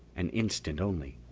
an instant only,